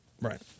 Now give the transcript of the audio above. Right